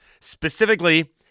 specifically